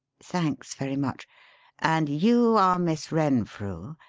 thanks very much and you are miss renfrew,